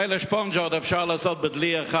מילא ספונג'ה עוד אפשר לעשות בדלי אחד,